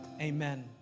Amen